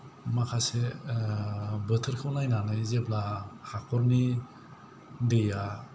माखासे बोथोरखौ नायनानै जेब्ला हाख'रनि दैया